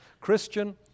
Christian